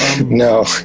No